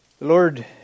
Lord